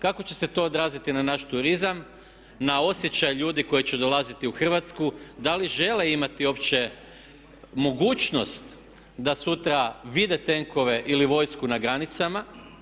Kako će se to odraziti na naš turizam, na osjećaj ljudi koji će dolaziti u Hrvatsku, da li žele imati uopće mogućnost da sutra vide tenkove ili vojsku na granicama?